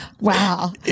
Wow